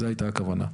זו הייתה הכוונה.